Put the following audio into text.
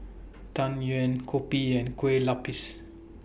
Tang Yuen Kopi and Kueh Lapis